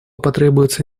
потребуются